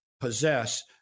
possess